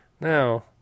Now